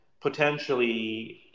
potentially